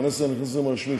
כונס הנכסים הרשמי,